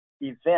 event